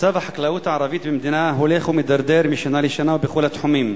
מצב החקלאות הערבית במדינה הולך ומידרדר משנה לשנה ובכל התחומים: